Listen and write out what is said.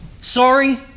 Sorry